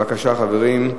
בבקשה, חברים.